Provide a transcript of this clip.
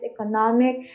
economic